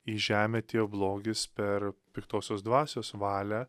į žemę atėjo blogis per piktosios dvasios valią